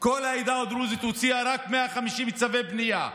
כל העדה הדרוזית הוציאה רק 150 צווי בנייה.